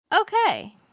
Okay